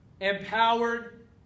empowered